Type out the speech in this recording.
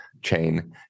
chain